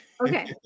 Okay